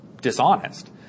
dishonest